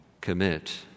commit